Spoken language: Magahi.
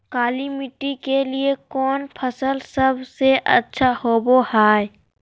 काली मिट्टी के लिए कौन फसल सब से अच्छा होबो हाय?